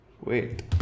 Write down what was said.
wait